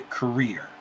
career